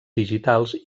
digitals